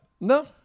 No